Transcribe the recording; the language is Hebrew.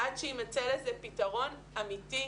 עד שיימצא לזה פתרון אמיתי,